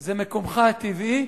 זה מקומך הטבעי,